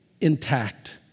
intact